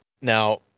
now